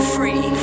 Free